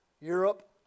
Europe